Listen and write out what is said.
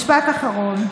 משפט אחרון.